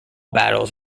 battles